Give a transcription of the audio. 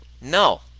no